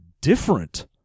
different